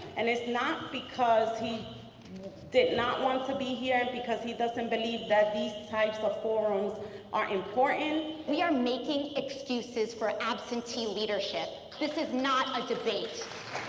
and it's not because he did not want to be here, and because he doesn't believe that these types of forums are important. we are making excuses for absentee leadership. this is not a debate!